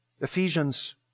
Ephesians